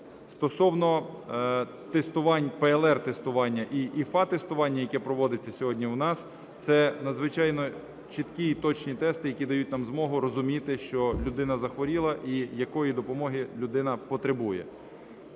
тестувань. ПЛР-тестування і ІФА-тестування, яке проводиться сьогодні у нас, - це надзвичайно чіткі і точні тести, які дають нам змогу розуміти, що людина захворіла і якої допомоги людина потребує.